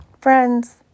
Friends